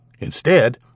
Instead